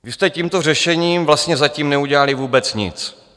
Vy jste tímto řešením vlastně zatím neudělali vůbec nic.